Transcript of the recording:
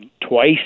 twice